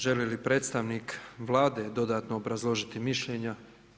Želi li predstavnik Vlade dodatno obrazložiti mišljenja?